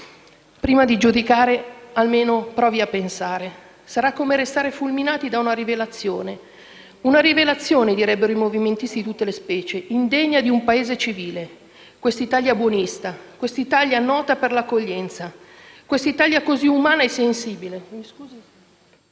Prima di giudicare, almeno provi a pensare. Sarà come restare fulminati da una rivelazione. Una rivelazione, direbbero i movimentisti di tutte le specie, indegna di un Paese civile. Questa Italia buonista, questa Italia nota per l'accoglienza, questa Italia così umana e sensibile,